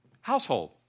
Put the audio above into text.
Household